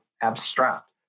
abstract